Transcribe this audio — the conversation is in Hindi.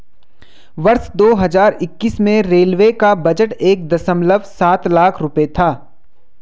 वर्ष दो हज़ार इक्कीस में रेलवे का बजट एक दशमलव सात लाख रूपये था